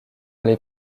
les